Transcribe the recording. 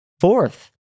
Fourth